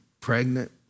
pregnant